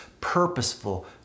purposeful